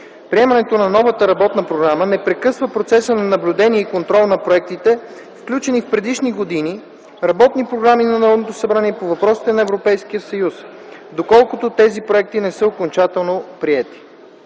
Приемането на новата работна програма не прекъсва процеса на наблюдение и контрол на проектите, включени в предишни годишни работни програми на Народното събрание по въпросите на Европейския съюз, доколкото тези проекти не са окончателно приети.